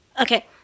Okay